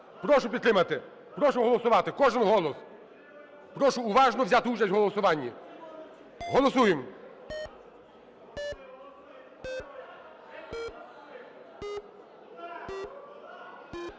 Прошу підтримати. Прошу голосувати. Кожен голос. Прошу уважно взяти участь в голосуванні. Голосуємо.